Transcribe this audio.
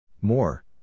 More